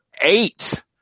eight